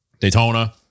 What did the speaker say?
Daytona